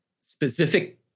specific